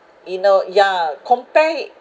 you know yeah compare